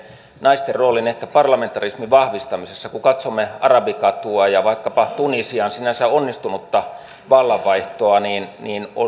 naisten roolin ehkä parlamentarismin vahvistamisessa kun katsomme arabikatua ja vaikkapa tunisian sinänsä onnistunutta vallanvaihtoa niin niin